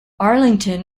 arlington